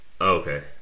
Okay